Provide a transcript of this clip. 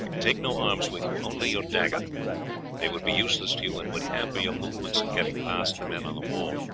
take no arms with you, only your dagger they would be useless to you, and would hamper your movements in getting past the men on the wall,